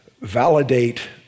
validate